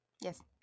Yes